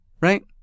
right